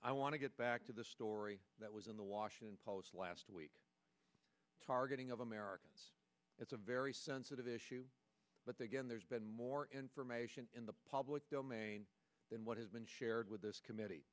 i want to get back to the story that was in the washington post last week targeting of america it's a very sensitive issue but the again there's been more information in the public domain than what has been shared with this committee